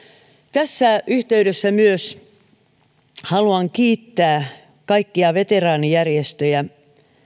tässä yhteydessä haluan myös kiittää kaikkia veteraanijärjestöjä